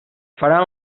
faran